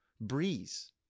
Breeze